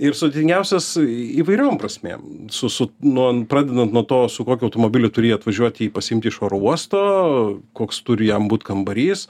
ir sudėtingiausias įvairiom prasmėm su su nuo pradedant nuo to su kokiu automobiliu turi jį atvažiuot jį pasiimt iš oro uosto koks turi jam būt kambarys